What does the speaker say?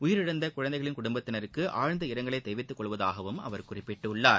உயிரிழந்த குழந்தைகளின் குடும்பத்தினருக்கு ஆழ்ந்த இரங்கலை தெரிவித்துக் கொள்வதாகவும் அவா் குறிப்பிட்டுள்ளார்